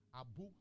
Abu